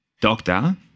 Doctor